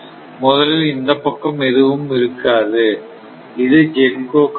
முதலில் இந்தப் பக்கம் எதுவும் இருக்காது இது GENCO காலம்